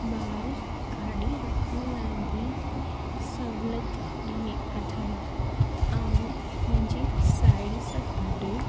ॿार गाॾी रखण लाइ बि सहूलियत ॾिनी अथऊं ऐं मुंहिंजी साहेड़ी सां गॾु